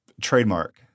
Trademark